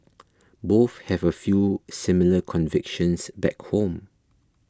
both have a few similar convictions back home